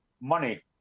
money